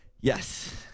Yes